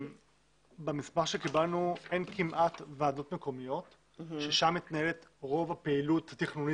במספר שקיבלנו אין כמעט ועדות מקומיות שם מתנהלת רוב הפעילות התכנונית.